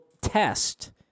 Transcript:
test